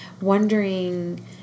wondering